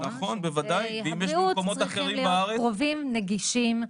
שירותי הבריאות צריכים להיות קרובים ונגישים.